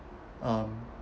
um